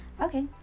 Okay